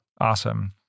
awesome